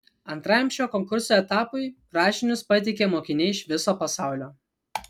antrajam šio konkurso etapui rašinius pateikia mokiniai iš viso pasaulio